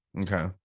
Okay